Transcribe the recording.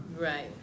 Right